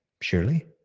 surely